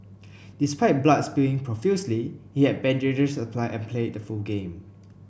despite blood spewing profusely he had bandages applied and played the full game